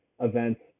events